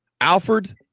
Alfred